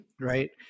right